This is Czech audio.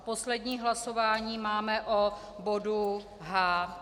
Poslední hlasování máme o bodu H.